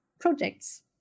projects